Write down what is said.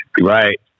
Right